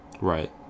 right